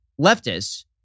leftists